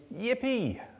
yippee